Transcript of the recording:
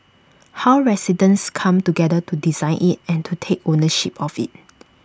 how residents come together to design IT and to take ownership of IT